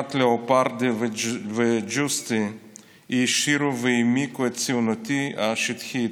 שירת ליאופרדי וג'וסטי העשירו והעמיקו את ציונותי השטחית,